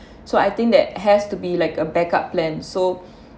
so I think that has to be like a backup plan so